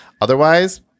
Otherwise